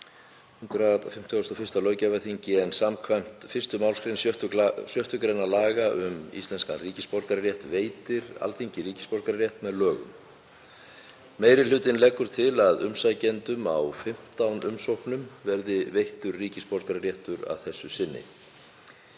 151. löggjafarþings en skv. 1. mgr. 6. gr. laga um íslenskan ríkisborgararétt veitir Alþingi ríkisborgararétt með lögum. Meiri hlutinn leggur til að umsækjendum á 15 umsóknum verði veittur ríkisborgararéttur að þessu sinni.